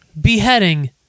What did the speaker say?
beheading